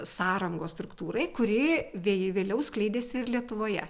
sąrangos struktūrai kuri vė vėliau skleidėsi ir lietuvoje